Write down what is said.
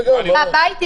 בבית,